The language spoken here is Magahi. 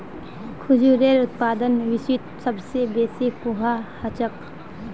खजूरेर उत्पादन विश्वत सबस बेसी कुहाँ ह छेक